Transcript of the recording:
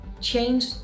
change